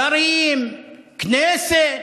שרים, כנסת,